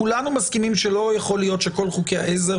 כולנו מסכימים שלא יכול להיות שכל חוקי העזר